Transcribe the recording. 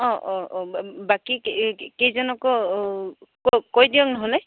অঁ অঁ অঁ বাকী কেইজনকো কৈ কৈ দিয়ক নহ'লে